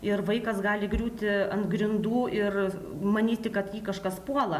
ir vaikas gali griūti ant grindų ir manyti kad jį kažkas puola